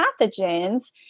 pathogens